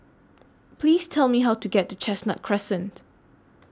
Please Tell Me How to get to Chestnut Crescent